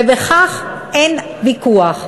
ועל כך אין ויכוח.